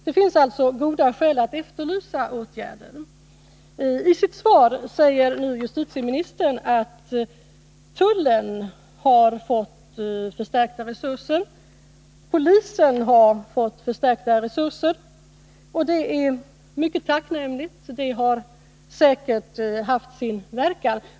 Det finns alltså goda skäl att efterlysa åtgärder. I sitt svar säger nu justitieministern att tullen har fått förstärkta resurser, polisen har fått förstärkta resurser. Och det är mycket tacknämligt. Det har säkert haft sin verkan.